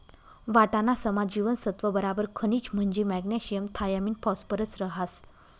वाटाणासमा जीवनसत्त्व बराबर खनिज म्हंजी मॅग्नेशियम थायामिन फॉस्फरस रहास